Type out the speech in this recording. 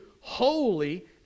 holy